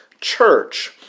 church